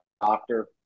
doctor